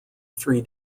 three